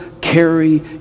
carry